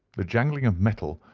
the jangling of metal,